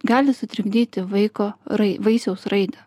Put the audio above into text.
gali sutrikdyti vaiko rai vaisiaus raidą